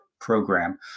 program